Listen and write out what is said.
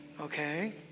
okay